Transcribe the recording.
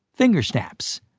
finger snaps.